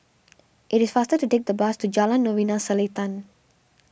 it is faster to take the bus to Jalan Novena Selatan